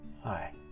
Hi